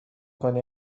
کنی